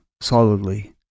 solidly